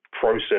process